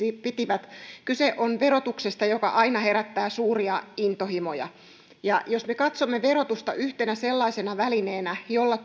käyttivät kyse on verotuksesta joka aina herättää suuria intohimoja jos me katsomme verotusta yhtenä sellaisena välineenä jolla